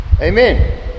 Amen